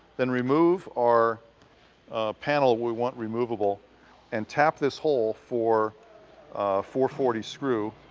then remove our panel we want removable and tap this hole for four forty screw.